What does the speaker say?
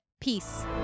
Peace